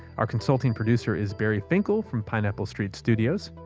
our consulting producer is bari finkel from pineapple street studios.